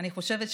אני חושבת,